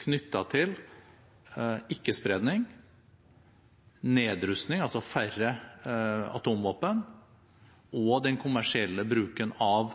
til ikke-spredning, nedrustning – altså færre atomvåpen – og den kommersielle bruken av